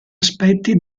aspetti